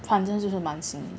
反正就是蛮新的